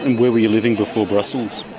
and where were you living before brussels?